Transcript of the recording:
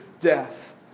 death